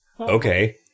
Okay